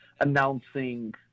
announcing